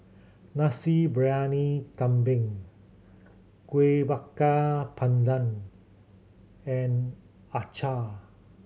Nasi Briyani Kambing Kueh Bakar Pandan and acar